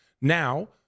Now